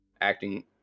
acting